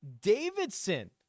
Davidson